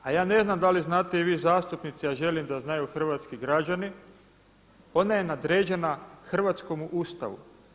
A ja ne znam da li znate i vi zastupnici a želim da znaju hrvatski građani, ona je nadređena hrvatskom Ustavu.